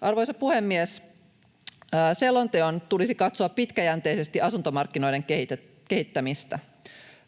Arvoisa puhemies! Selonteon tulisi katsoa pitkäjänteisesti asuntomarkkinoiden kehittämistä.